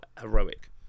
heroic